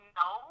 no